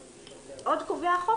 עוד קובע החוק,